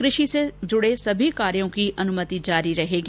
कृषि से जूड़े सभी कार्यों की अनुमति जारी रहेगी